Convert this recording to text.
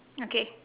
okay